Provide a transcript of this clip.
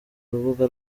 rubuga